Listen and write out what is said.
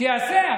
שיעשה,